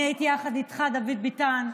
אני הייתי יחד איתך, דוד ביטן.